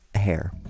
hair